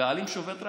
הבעלים שובת רעב.